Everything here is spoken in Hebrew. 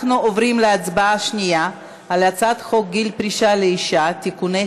אני קובעת כי הצעת חוק גיל פרישה (תיקון,